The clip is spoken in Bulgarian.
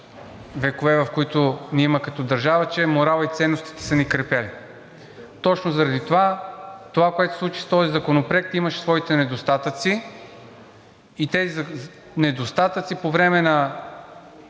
векове, в които ни има като държава, че моралът и ценностите са ни крепили. Точно заради това, това, което се случи с този законопроект, имаше своите недостатъци. За тези недостатъци по време на